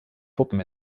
puppen